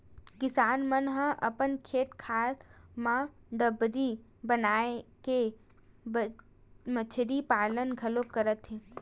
किसान मन ह अपन खेत खार म डबरी बनाके मछरी पालन घलोक करत हे